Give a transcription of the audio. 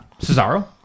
Cesaro